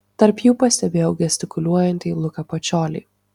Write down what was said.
tarp jų pastebėjau gestikuliuojantį luką pačiolį